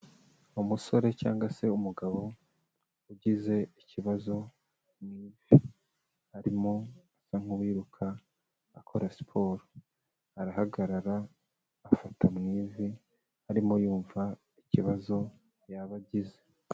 Umusore cyangwa se umugabo ugize ikibazo mu ivi, arimo asa nk'uwiruka akora siporo, arahagarara afata mu ivi arimo yumva ikibazo yaba agize.